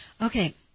Okay